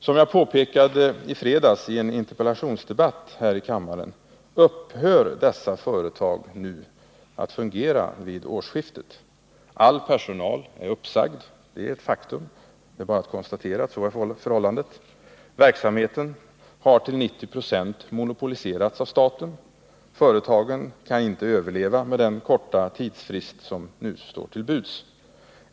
Som jag påpekade i en interpellationsdebatt här i kammaren den 30 november upphör dessa företag att fungera vid årsskiftet. All personal är uppsagd. Det är bara att konstatera detta förhållande. Verksamheten har till 90 26 monopoliserats av staten. Företagen kan inte överleva med den korta tidsfrist som nu står till buds.